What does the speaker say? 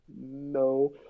no